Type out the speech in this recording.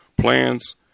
plans